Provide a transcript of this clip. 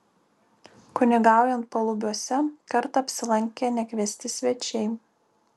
kunigaujant palubiuose kartą apsilankė nekviesti svečiai